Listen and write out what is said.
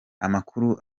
amakuru